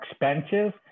expensive